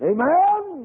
Amen